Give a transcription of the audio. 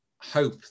hope